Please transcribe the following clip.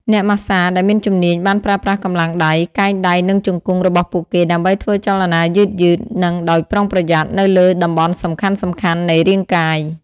អ្នកម៉ាស្សាដែលមានជំនាញបានប្រើប្រាស់កម្លាំងដៃ កែងដៃនិងជង្គង់របស់ពួកគេដើម្បីធ្វើចលនាយឺតៗ និងដោយប្រុងប្រយ័ត្ននៅលើតំបន់សំខាន់ៗនៃរាងកាយ។